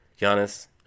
Giannis